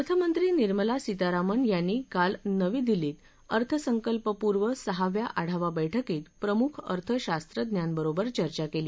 अर्थमत्री निर्मला सीतारामन यांनी काल नवी दिल्लीत बजेटपूर्व सहाव्या आढावा बैठकीत प्रमुख अर्थशास्त्रज्ञांबरोबर चर्चा केली